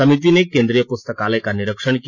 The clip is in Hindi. समिति ने केंद्रीय पुस्तकालय का निरीक्षण किया